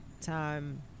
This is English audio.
time